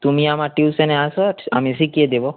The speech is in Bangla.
তুমি আমার টিউশনে এসো ঠ্ আমি শিখিয়ে দেবো